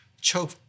choke